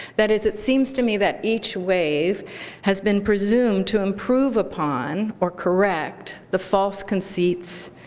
that is, it seems to me that each wave has been presumed to improve upon or correct the false conceits,